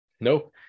nope